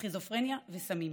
סכיזופרניה וסמים,